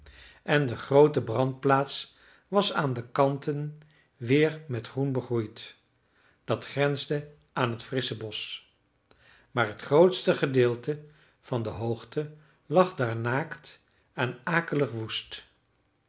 en de groote brandplaats was aan de kanten weer met groen begroeid dat grensde aan t frissche bosch maar het grootste gedeelte van de hoogte lag daar naakt en akelig woest